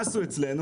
מה עשו אצלנו?